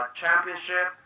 championship